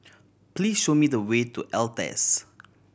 please show me the way to Altez